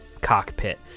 cockpit